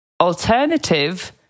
alternative